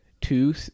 two